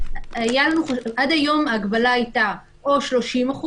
עד היום ההגבלה הייתה או 30%,